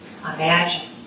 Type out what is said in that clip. imagine